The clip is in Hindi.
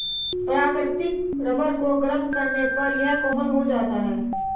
प्राकृतिक रबर को गरम करने पर यह कोमल हो जाता है